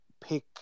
pick